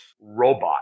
robot